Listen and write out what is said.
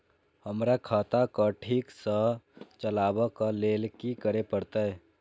हमरा खाता क ठीक स चलबाक लेल की करे परतै